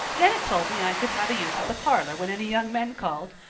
janet told me i could have the use of the parlor when any young men called!